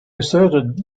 asserted